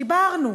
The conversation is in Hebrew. דיברנו.